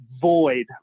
void